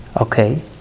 Okay